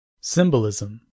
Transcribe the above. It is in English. Symbolism